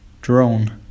Drone